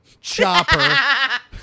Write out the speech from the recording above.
Chopper